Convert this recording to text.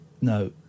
No